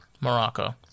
Morocco